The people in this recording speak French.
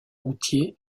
routier